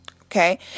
Okay